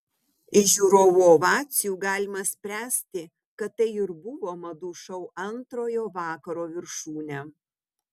iš žiūrovų ovacijų galima spręsti kad tai ir buvo madų šou antrojo vakaro viršūnė